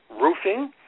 roofing